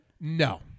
No